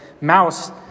mouse